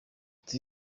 uti